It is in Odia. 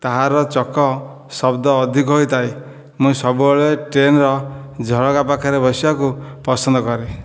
ତାହାର ଚକ ଶବ୍ଦ ଅଧିକ ହୋଇଥାଏ ମୁଁ ସବୁବେଳେ ଟ୍ରେନ୍ର ଝରକା ପାଖରେ ବସିବାକୁ ପସନ୍ଦ କରେ